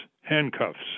handcuffs